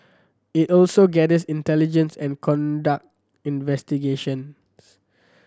it also gathers intelligence and conduct investigations